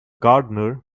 gardener